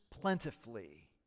plentifully